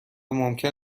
ممکن